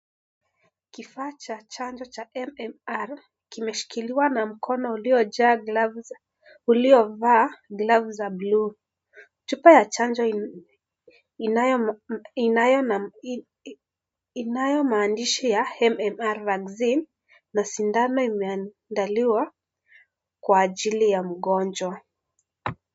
Kifaa cha chanjo cha MMR kimeshikiliwa na mkono uliovaa glavu za bluu . Chupa ya chanjo inayo maandishi ya MMR vaccine na sindano imeandaliwa kwa ajili ya mgonjwa.